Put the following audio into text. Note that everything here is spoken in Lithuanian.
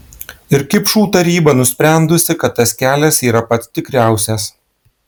ir kipšų taryba nusprendusi kad tas kelias yra pats tikriausias